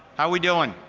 how are we doing?